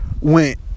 went